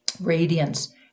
radiance